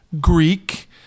Greek